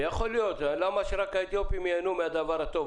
ויכול להיות, למה שרק האתיופים ייהנו מהדבר הטוב?